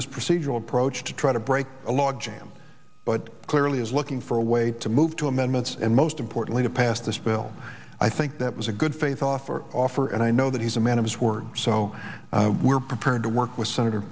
this procedural approach to try to break a log jam but clearly is looking for a way to move to amendments and most importantly to pass this bill i think that was a good faith offer offer and i know that he's a man of his word so we're prepared to work with senator